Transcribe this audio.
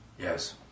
Yes